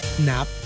nap